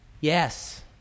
Yes